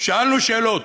שאלנו שאלות.